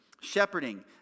Shepherding